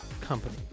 company